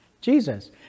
Jesus